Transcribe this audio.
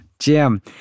Jim